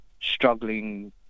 struggling